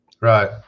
Right